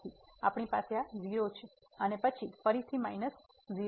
તેથી આપણી પાસે આ 0 છે અને પછી ફરીથી માઇનસ 0